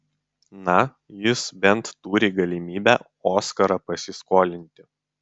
na jis bent turi galimybę oskarą pasiskolinti